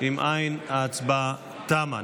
אם אין, ההצבעה תמה.